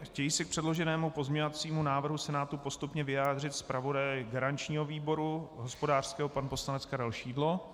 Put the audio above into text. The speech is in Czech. Chtějí se k předloženému pozměňovacímu návrhu Senátu postupně vyjádřit zpravodajové garančního výboru hospodářského pan poslanec Karel Šidlo?